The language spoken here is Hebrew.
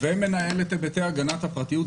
בתוך הארגון, ומנהל את היבטי הגנת הפרטיות.